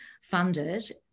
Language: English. funded